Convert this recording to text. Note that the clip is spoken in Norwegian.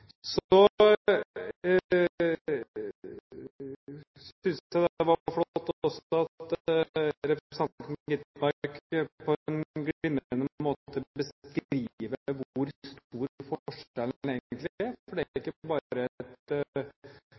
Så synes jeg det var flott at representanten Gitmark på en glimrende måte beskriver hvor stor forskjellen egentlig er, for det er ikke bare